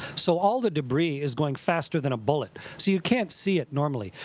so all the debris is going faster than a bullet. so you can't see it, normally.